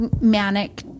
manic